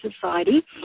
society